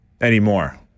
anymore